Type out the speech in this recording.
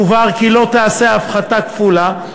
הובהר כי לא תיעשה הפחתה כפולה,